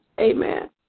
Amen